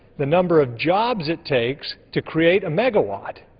the number of jobs it takes to create a megawatt.